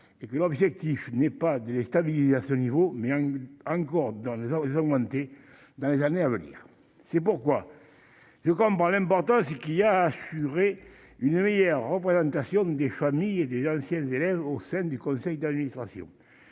et que l'objectif n'est pas de les stabiliser à ce niveau, mais encore dans les armées, augmenter dans les années à venir, c'est pourquoi je comprends l'importance qu'il y a assuré une nuit représentation des familles et des anciennes élèves au sein du conseil d'administration,